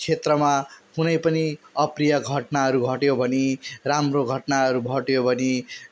क्षेत्रमा कुनै पनि अप्रिय घटनाहरू घट्यो भने राम्रो घटनाहरू घट्यो भने